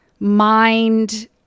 mind